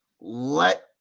let